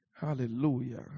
hallelujah